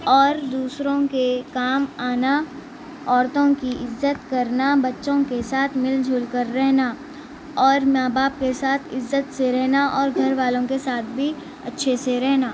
اور دوسروں کے کام آنا عورتوں کی عزت کرنا بچوں کے ساتھ مل جل کر رہنا اور ماں باپ کے ساتھ عزت سے رہنا اور گھر والوں کے ساتھ بھی اچھے سے رہنا